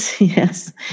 Yes